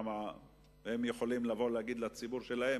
הם יכולים לבוא להגיד לציבור שלהם: